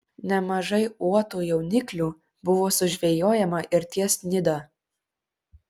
nemažai uotų jauniklių buvo sužvejojama ir ties nida